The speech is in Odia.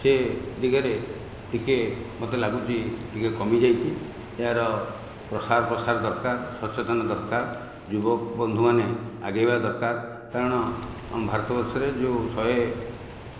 ସେ ଦିଗରେ ଟିକିଏ ମୋତେ ଲାଗୁଛି ଟିକିଏ କମି ଯାଇଛି ଏହାର ପ୍ରସାର ପ୍ରସାର ଦରକାର ସଂଶୋଧନ ଦରକାର ଯୁବକବନ୍ଧୁମାନେ ଆଗେଇବା ଦରକାର କାରଣ ଆମ ଭାରତ ବର୍ଷରେ ଯେଉଁ ଶହେ